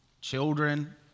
children